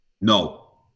No